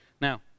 Now